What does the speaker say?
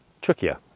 trickier